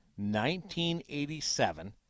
1987